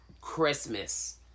christmas